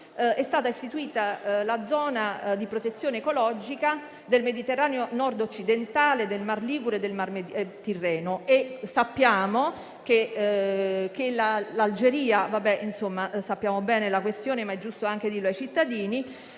è stata istituita la zona di protezione ecologica del Mediterraneo nord-occidentale, del Mar Ligure e del Mar Tirreno. Sappiamo che l'Algeria - conosciamo bene la questione, ma è giusto dirlo ai cittadini